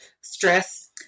Stress